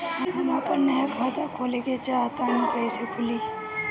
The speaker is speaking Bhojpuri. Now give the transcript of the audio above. हम आपन नया खाता खोले के चाह तानि कइसे खुलि?